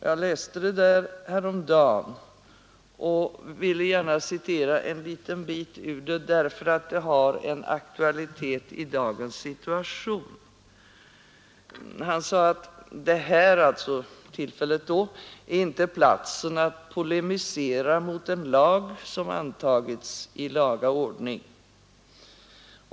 Jag läste det härom dagen och vill gärna citera en liten bit ur det, eftersom det har aktualitet i dagens situation: ”Här är inte platsen att polemisera mot en lag, som antagits i laga ordning.